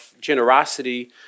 generosity